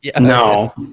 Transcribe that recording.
No